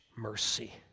mercy